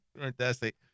Fantastic